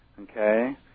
Okay